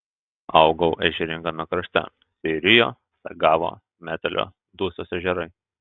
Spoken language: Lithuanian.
augau ežeringame krašte seirijo sagavo metelio dusios ežerai